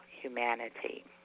humanity